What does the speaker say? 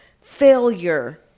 failure